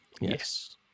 Yes